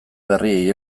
berriei